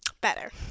better